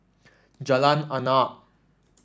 Jalan Arnap